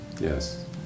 Yes